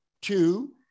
two